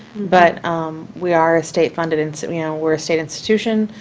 but we are a state funded and so yeah we're a state institution,